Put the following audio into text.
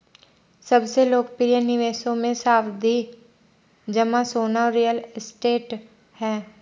सबसे लोकप्रिय निवेशों मे, सावधि जमा, सोना और रियल एस्टेट है